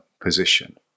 position